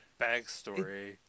Backstory